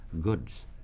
goods